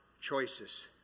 choices